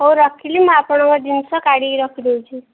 ହଉ ରଖିଲି ମୁଁ ଆପଣଙ୍କ ଜିନଷ କାଢ଼ିକି ରଖି ଦେଉଛି